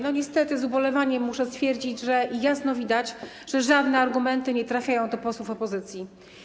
Niestety z ubolewaniem muszę stwierdzić, że jasno widać, że żadne argumenty nie trafiają do posłów opozycji.